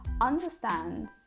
understand